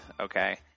okay